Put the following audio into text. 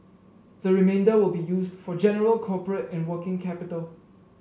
the remainder will be used for general corporate and working capital